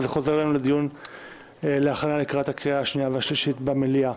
זה חוזר אלינו לדיון להכנה לקראת הקריאה השנייה והשלישית במליאה.